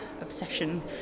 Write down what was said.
obsession